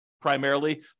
primarily